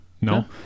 No